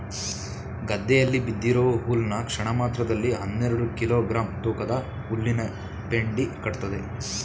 ಗದ್ದೆಯಲ್ಲಿ ಬಿದ್ದಿರೋ ಹುಲ್ನ ಕ್ಷಣಮಾತ್ರದಲ್ಲಿ ಹನ್ನೆರೆಡು ಕಿಲೋ ಗ್ರಾಂ ತೂಕದ ಹುಲ್ಲಿನಪೆಂಡಿ ಕಟ್ತದೆ